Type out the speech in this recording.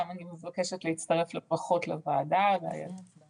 עכשיו אני מבקשת להצטרף לברכות לוועדה ולמשרד